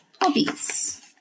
hobbies